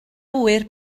ŵyr